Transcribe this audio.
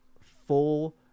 full